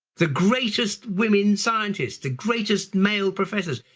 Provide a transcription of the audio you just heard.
the greatest women scientists, the greatest male professors,